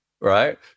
right